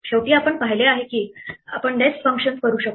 शेवटी आपण पाहिले आहे की आपण नेस्ट फंक्शन्स करू शकतो